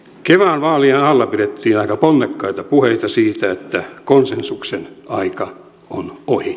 kevään vaalien alla pidettiin aika ponnekkaita puheita siitä että konsensuksen aika on ohi